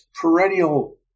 perennial